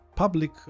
public